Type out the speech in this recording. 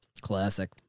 Classic